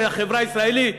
והחברה הישראלית,